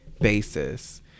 basis